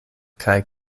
kaj